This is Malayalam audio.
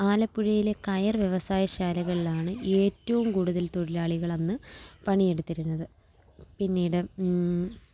ആലപ്പുഴയിലെ കയർ വ്യവസായ ശാലകളിലാണ് ഏറ്റവും കൂടുതൽ തൊഴിലാളികൾ അന്ന് പണിയെടുത്തിരുന്നത് പിന്നീട്